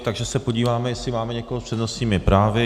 Takže se podíváme, jestli máme někoho s přednostními právy.